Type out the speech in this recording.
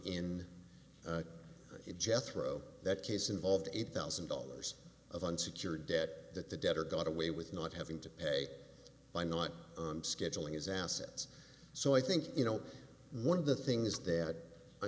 n jethro that case involved eight thousand dollars of unsecured debt that the debtor got away with not having to pay by not scheduling his assets so i think you know one of the things that i